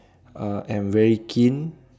uh am very keen